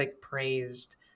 praised